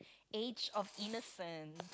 age of innocence